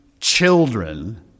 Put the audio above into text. children